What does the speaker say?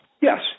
Yes